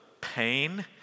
pain